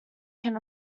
can